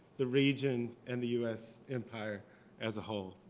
the region, and the us empire as a whole.